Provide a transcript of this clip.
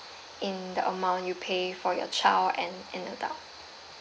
in the amount you pay for your child and in adult